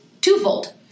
twofold